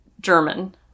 German